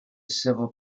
civil